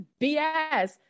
BS